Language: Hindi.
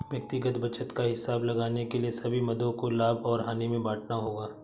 व्यक्तिगत बचत का हिसाब लगाने के लिए सभी मदों को लाभ और हानि में बांटना होगा